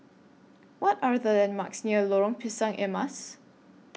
What Are The landmarks near Lorong Pisang Emas